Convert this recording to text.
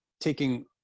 taking